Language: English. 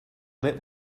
lit